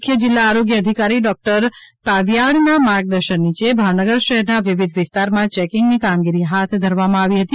મુખ્ય જીલ્લા આરોગ્ય અધિકારી ડોક્ટર તાવીયાડના માર્ગદર્શન નીચે ભાવનગર શહેરના વિવિધ વિસ્તારમાં ચેકીંગની કામગીરી હાથ ધરવામાં આવી હતી